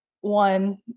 one